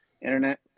internet